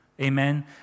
Amen